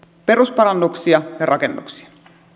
perusparannuksia ja rakennuksia